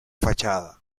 fachada